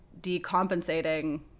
decompensating